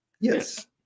Yes